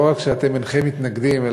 לא רק שאינכם מתנגדים,